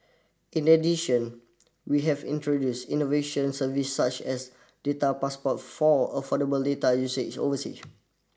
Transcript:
in addition we have introduced innovation service such as data passport for affordable data usage oversea